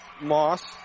Moss